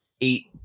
eight